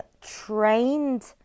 trained